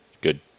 good